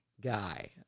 guy